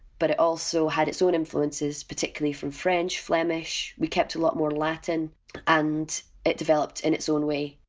but it also had its own influences particularly from french, flemish, we kept a lot more latin and it developed in its own way.